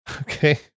Okay